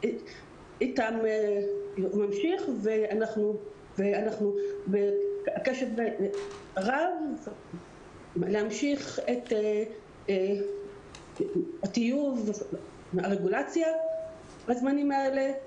אתם ממשיך ואנחנו בקשב רב להמשיך את טיוב הרגולציה בזמנים האלה,